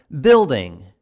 building